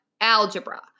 algebra